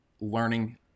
learning